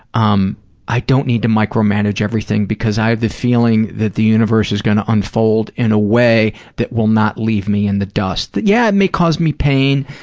um i don't need to micromanage everything because i have the feeling that the universe is going to unfold in a way that will not leave me in the dust, that, yeah, it may cause me pain,